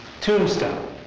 Tombstone